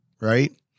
right